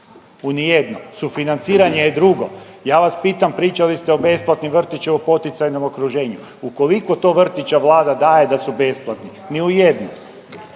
u ni jednom. Sufinanciranje je drugo. Ja vas pitam, pričali ste o besplatnim vrtićima, o poticajnom okruženju. U koliko to vrtića Vlada daje da su besplatni? Ni u jednom.